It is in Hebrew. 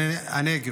--- הנגב.